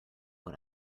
what